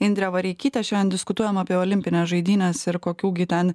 indre vareikyte šiandien diskutuojam apie olimpines žaidynes ir kokių gi ten